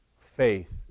faith